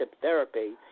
therapy